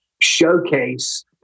showcase